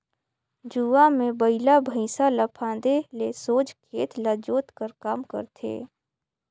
जुवा मे बइला भइसा ल फादे ले सोझ खेत ल जोत कर काम करथे